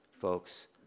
folks